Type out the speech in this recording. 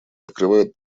открывают